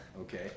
okay